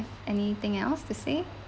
anything else to say